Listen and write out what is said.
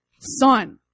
son